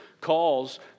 calls